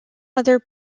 other